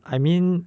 I mean